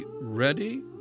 ready